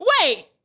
Wait